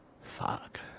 Fuck